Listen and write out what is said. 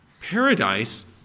paradise